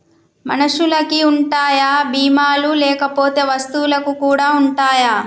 మనుషులకి ఉంటాయా బీమా లు లేకపోతే వస్తువులకు కూడా ఉంటయా?